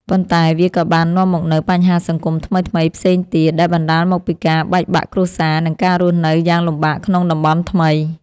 ប៉ុន្តែវាក៏បាននាំមកនូវបញ្ហាសង្គមថ្មីៗផ្សេងទៀត ដែលបណ្តាលមកពីការបែកបាក់គ្រួសារ និងការរស់នៅយ៉ាងលំបាកក្នុងតំបន់ថ្មី។